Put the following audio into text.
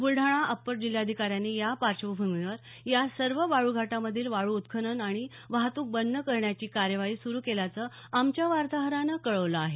बुलडाणा अपर जिल्हाधिकाऱ्यांनी या पार्श्वभूमीवर या सर्व वाळूघाटा मधील वाळू उत्खनन आणि वाहतूक बंद करण्याची कार्यवाही सुरू केल्याचं आमच्या वार्ताहरानं कळवलं आहे